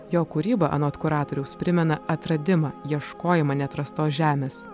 jo kūryba anot kuratoriaus primena atradimą ieškojimą neatrastos žemės